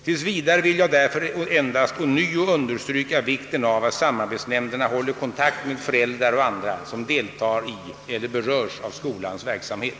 Tills vidare vill jag därför endast ånyo understryka vikten av att samarbetsnämnderna håller kontakt med föräldrar och andra, som deltar i eller berörs av skolans verksamhet.